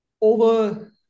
over